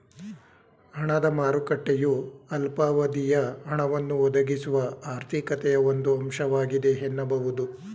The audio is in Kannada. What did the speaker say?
ಹಣದ ಮಾರುಕಟ್ಟೆಯು ಅಲ್ಪಾವಧಿಯ ಹಣವನ್ನ ಒದಗಿಸುವ ಆರ್ಥಿಕತೆಯ ಒಂದು ಅಂಶವಾಗಿದೆ ಎನ್ನಬಹುದು